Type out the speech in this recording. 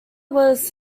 was